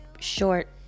short